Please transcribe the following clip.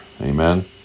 Amen